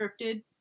scripted